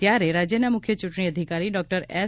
ત્યારે રાજ્યના મુખ્ય ચૂંટણી અધિકારી ડોક્ટર એસ